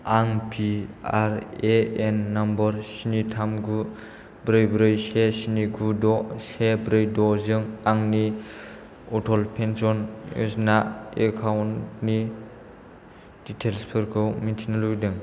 आं PRAN number स्नि थाम गु ब्रै ब्रै से स्नि गु द' से ब्रै द' जों आंनि अटल पेन्सन यजना एकाउन्टनि डिटेइल्सखौ मिथिनो लुबैदों